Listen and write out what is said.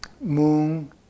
moon